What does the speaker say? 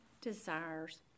desires